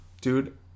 Dude